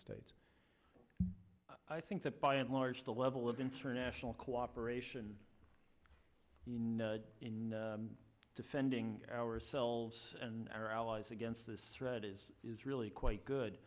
states i think that by and large the level of international cooperation in defending ourselves and our allies against this threat is is really quite good